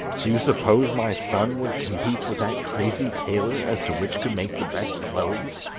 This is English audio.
do you suppose my son would compete with that crazy tailor as to which could make the best clothes?